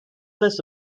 this